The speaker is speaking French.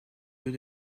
deux